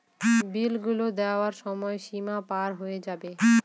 বিল গুলো দেওয়ার সময় সীমা পার হয়ে যাবে